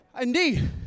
Indeed